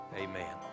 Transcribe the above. amen